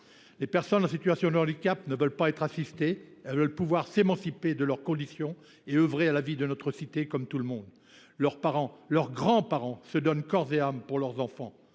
Les personnes en situation de handicap ne veulent pas être assistées : elles veulent pouvoir s’émanciper de leur condition et œuvrer à la vie de notre cité, comme tout le monde. Les parents, les grands parents, se donnent corps et âme pour ces enfants.